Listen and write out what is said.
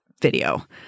video